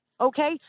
okay